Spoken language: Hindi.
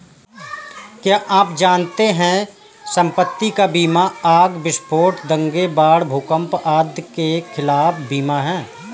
क्या आप जानते है संपत्ति का बीमा आग, विस्फोट, दंगे, बाढ़, भूकंप आदि के खिलाफ बीमा है?